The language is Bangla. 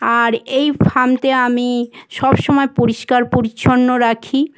আর এই ফার্মতে আমি সবসময় পরিষ্কার পরিচ্ছন্ন রাখি